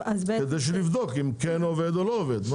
כדי שנבדוק אם כן עובד או לא עובד מה?